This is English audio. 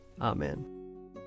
Amen